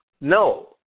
No